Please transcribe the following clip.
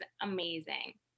amazing